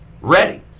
ready